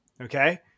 okay